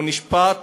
הוא נשפט